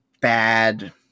bad